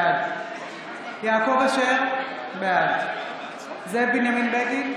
בעד יעקב אשר, בעד זאב בנימין בגין,